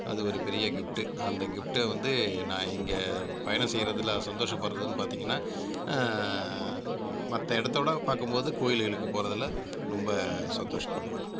அது ஒரு பெரிய கிஃப்ட்டு அந்த கிஃப்ட்டை வந்து நான் இங்கே பயணம் செய்கிறதுல சந்தோஷப்படுறதுன்னு பார்த்தீங்கனா மற்ற இடத்த விட பார்க்கும்போது கோயில்களுக்கு போகிறதுல ரொம்ப சந்தோஷப்படுவேன்